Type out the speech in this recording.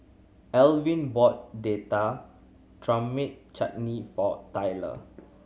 Elvin bought Date Tamarind Chutney for Tyrel